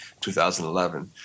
2011